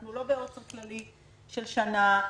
אנחנו לא בעוצר כללי של שנה.